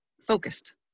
focused